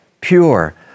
pure